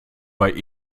bei